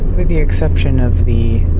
with the exception of the